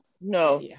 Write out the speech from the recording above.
no